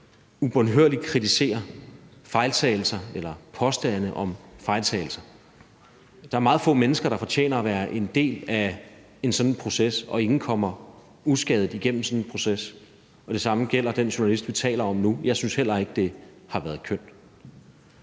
ubønhørligt kritiserer fejltagelser eller kommer med påstande om fejltagelser. Der er meget få mennesker, der fortjener at være en del af en sådan proces, og ingen kommer uskadt igennem sådan en proces. Det samme gælder den journalist, vi taler om nu. Jeg synes heller ikke, det har været kønt.